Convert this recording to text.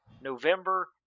November